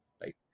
right